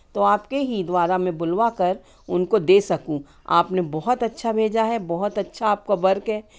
तो आपके ही द्वारा मैं बुलवाकर उनको दे सकूँ आपने बहुत अच्छा भेजा है बहुत अच्छा आपका वर्क है